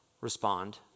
respond